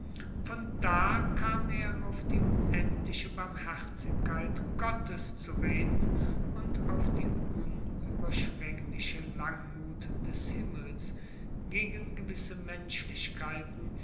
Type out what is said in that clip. von da kam er auf die unendliche barmherzigkeit gottes zu reden und auf die unüberschwängliche langmut des himmels gegen gewisse menschlichkeiten